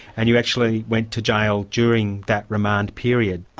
and you actually went to jail during that remand period.